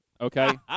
okay